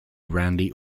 randy